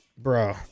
Bro